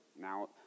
Now